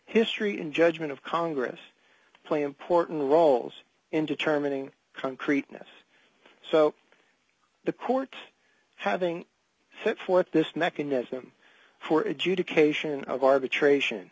history in judgment of congress play important roles in determining concreteness so the court having set forth this mechanism for adjudication of arbitration